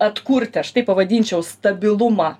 atkurti aš taip pavadinčiau stabilumą